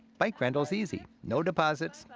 bike rental's easy no deposits,